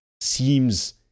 seems